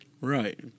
right